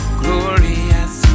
glorious